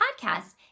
podcast